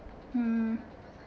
hmm